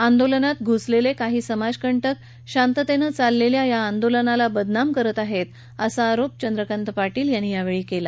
आंदोलनात घुसलेले काही समाजकंटक शांततेत चाललेल्या या आंदोलनाला बदनाम करत आहेत असा आरोप चंद्रकांत पाटील यांनी यावेळी केला